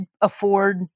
afford